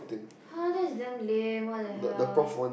!huh! that's damn lame what the hell